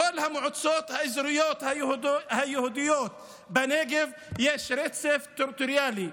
בכל המועצות האזוריות היהודיות בנגב יש רצף טריטוריאלי,